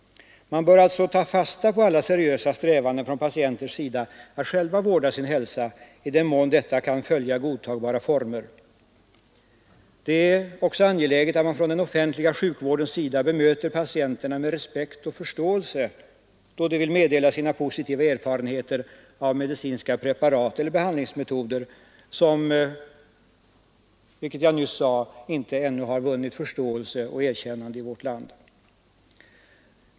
Man bör alltså ta fasta på alla seriösa strävanden från patienters sida att själva vårda sin hälsa i den mån detta kan följa godtagbara former. Det är också angeläget att man från den offentliga sjukvårdens sida bemöter patienterna med respekt och förståelse, då de vill meddela sina positiva erfarenheter av medicinska preparat eller behandlingsmetoder som, vilket jag nyss sade, ännu inte har vunnit förståelse och erkännande i vårt land.